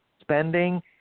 spending